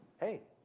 hey,